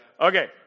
Okay